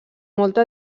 molta